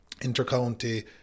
inter-county